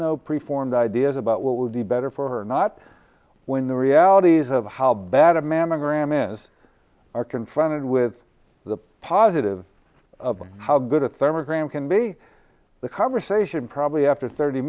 formed ideas about what would be better for her not when the realities of how bad a mammogram is are confronted with the positive of them how good a thermal gram can be the conversation probably after thirty